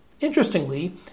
interestingly